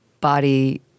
body